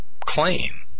claim